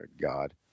God